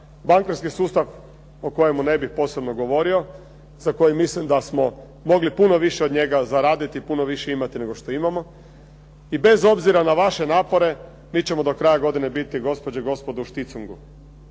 bankarski sustav o kojemu ne bih posebno govorio, za koji mislim da smo mogli puno više od njega zaraditi i puno više imati nego što imamo, i bez obzira na vaše napore, mi ćemo do kraja godine biti gospođe i gospodo u šticungu.